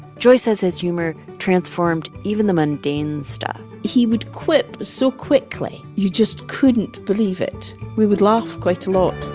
joy says his humor transformed even the mundane stuff he would quip so quickly you just couldn't believe it. we would laugh quite a lot